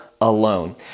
alone